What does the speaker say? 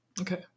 Okay